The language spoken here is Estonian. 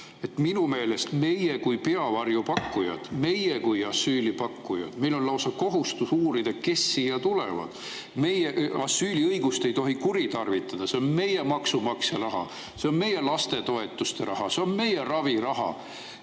Minu meelest meil kui peavarju pakkujatel, meil kui asüüli pakkujatel on lausa kohustus uurida, kes siia tulevad. Asüüliõigust ei tohi kuritarvitada. See on meie maksumaksja raha, see on meie lastetoetuste raha, see on meie raviraha.